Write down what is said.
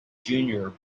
junior